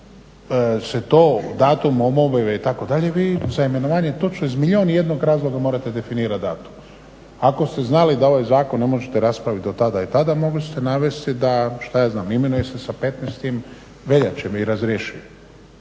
se ne razumije./… itd. vi za imenovanje točno iz milijun i jednog razloga morate definirati datum. Ako ste znali da ovaj zakon ne možete raspraviti do tada i tada mogli ste navesti da šta ja znam imenuje se sa 15. veljače i razrješuje.